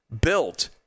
built